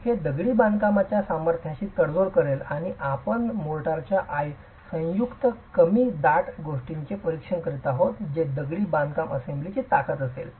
हे दगडी बांधकामांच्या सामर्थ्याशी तडजोड करेल जे आपण मोर्टारच्या संयुक्त कमी दाट गोष्टींचे परीक्षण करीत आहोत ते दगडी बांधकाम असेंब्ली ची ताकद असेल